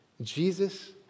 Jesus